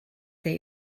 they